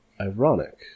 ironic